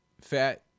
Fat